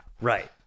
Right